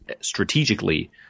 strategically